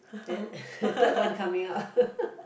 then third one coming up